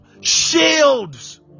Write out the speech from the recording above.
shields